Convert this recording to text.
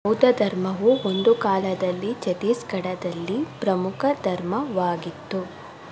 ಬೌದ್ಧ ಧರ್ಮವು ಒಂದು ಕಾಲದಲ್ಲಿ ಛತ್ತೀಸ್ಗಢದಲ್ಲಿ ಪ್ರಮುಖ ಧರ್ಮವಾಗಿತ್ತು